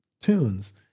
tunes